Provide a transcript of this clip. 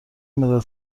مداد